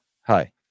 Hi